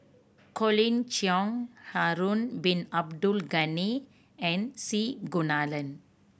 Colin Cheong Harun Bin Abdul Ghani and C Kunalan